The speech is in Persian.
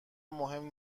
مهم